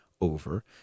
over